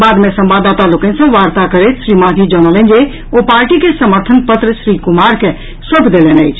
बाद मे संवाददाता लोकनि सँ वार्ता करैत श्री मांझी जनौलनि जे ओ पार्टी के समर्थन पत्र श्री कुमार के सौंपि देलनि अछि